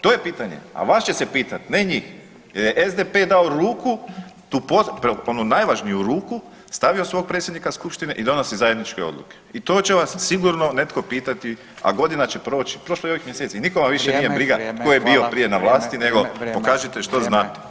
To je pitanje a vas će se pitati, ne njih jer je SDP dao ruku, onu najvažniju ruku stavio svog predsjednika skupštine i donosi zajedničke odluke i to će vas sigurno netko pitati a godina će proći, prošlo je i ovih mjeseci i nikoga više nije briga tko je bio prije na vlasti nego pokažite što znate.